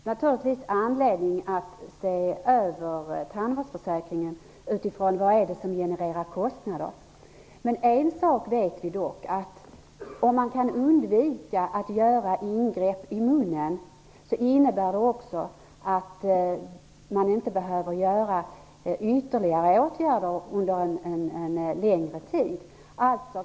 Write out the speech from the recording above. Fru talman! Det finns naturligtvis anledning att se över tandvårdsförsäkringen utifrån frågan: Vad är det som genererar kostnader? Men en sak vet vi dock. Om man kan undvika att göra ingrepp i munnen innebär det också att man inte behöver göra ytterligare åtgärder under en längre tid.